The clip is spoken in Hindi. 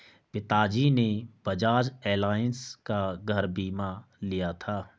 पिताजी ने बजाज एलायंस का घर बीमा लिया था